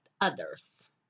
others